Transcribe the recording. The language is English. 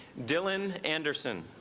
dylan anderson